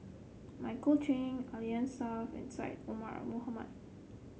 Michael Chiang Alfian Sa'at and Syed Omar Mohamed